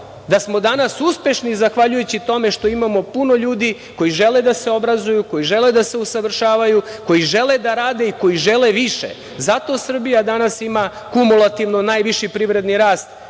da smo danas uspešni zahvaljujući tome što imamo puno ljudi koji žele da se obrazuju, koji žele da se usavršavaju, koji žele da rade i koji žele više. Zato Srbija danas ima kumulativno najviši privredni rast